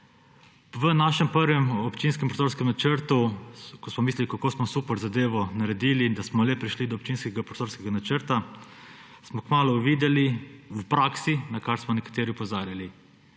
V našem prvem občinskem prostorskem načrtu, ko smo mislili, kako smo super zadevo naredili, in da smo le prišli do občinskega prostorskega načrta, smo kmalu videli v praksi, na kar smo nekateri opozarjali,